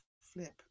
Flip